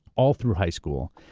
all through high school,